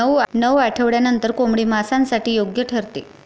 नऊ आठवड्यांनंतर कोंबडी मांसासाठी योग्य ठरते